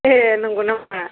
ए नंगौ नामा